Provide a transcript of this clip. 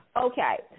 Okay